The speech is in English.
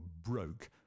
broke